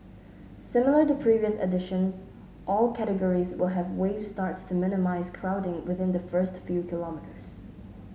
similar to previous editions all categories will have wave starts to minimise crowding within the first few kilometres